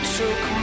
took